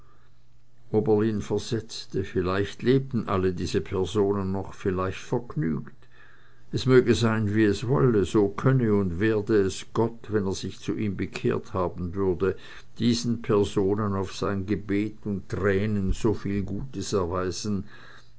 oberlin versetzte vielleicht lebten alle diese personen noch vielleicht vergnügt es möge sein wie es wolle so könne und werde gott wenn er sich zu ihm bekehrt haben würde diesen personen auf sein gebet und tränen so viel gutes erweisen